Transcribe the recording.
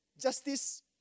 justice